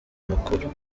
mukuru